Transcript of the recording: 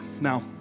Now